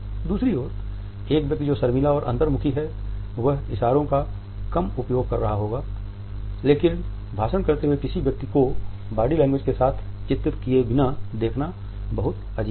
दूसरी ओर एक व्यक्ति जो शर्मीला और अंतर्मुखी है वह इशारों का कम उपयोग कर रहा होगा लेकिन भाषण करते हुए किसी व्यक्ति को बॉडी लैंग्वेज के साथ चित्रित किए बिना देखना बहुत अजीब है